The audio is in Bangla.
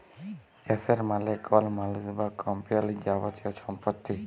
এসেট মালে কল মালুস বা কম্পালির যাবতীয় ছম্পত্তি